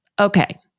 Okay